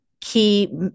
key